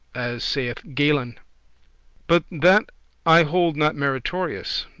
as saith galen but that i hold not meritorious,